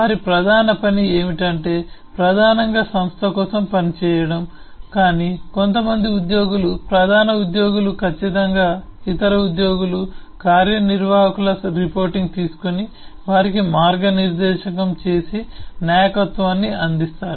వారి ప్రధాన పని ఏమిటంటే ప్రధానంగా సంస్థ కోసం పనిచేయడం కాని కొంతమంది ఉద్యోగులు ప్రధాన ఉద్యోగులు ఖచ్చితంగా ఇతర ఉద్యోగులు కార్యనిర్వాహకుల రిపోర్టింగ్ తీసుకొని వారికి మార్గనిర్దేశం చేసి నాయకత్వాన్ని అందిస్తారు